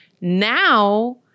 Now